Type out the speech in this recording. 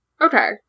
Okay